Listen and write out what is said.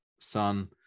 sun